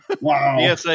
Wow